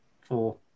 Four